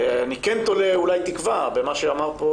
אני כן תולה אולי תקווה במה שאמרו פה